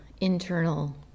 internal